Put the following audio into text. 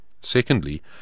Secondly